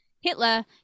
Hitler